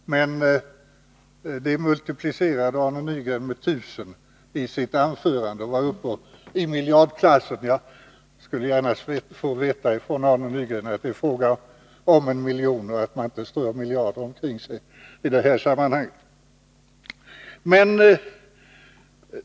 Det multiplicerade emellertid Arne Nygren med 1000 i sitt anförande och var uppe i miljardklassen. Jag skulle gärna vilja få besked av Arne Nygren att det är fråga om 1 miljon och att man inte strör miljarder omkring sig i detta sammanhang.